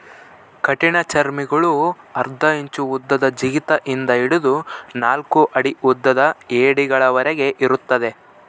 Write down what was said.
ಕಠಿಣಚರ್ಮಿಗುಳು ಅರ್ಧ ಇಂಚು ಉದ್ದದ ಜಿಗಿತ ಇಂದ ಹಿಡಿದು ನಾಲ್ಕು ಅಡಿ ಉದ್ದದ ಏಡಿಗಳವರೆಗೆ ಇರುತ್ತವೆ